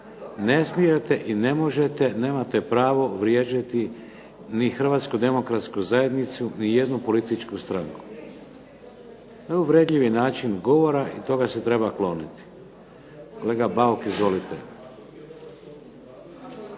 Ne smijete i ne možete, nemate pravo vrijeđati ni Hrvatsku demokratsku zajednicu, ni jednu političku stranku. To je uvredljivi način govora i toga se treba kloniti. Kolega Bauk, izvolite.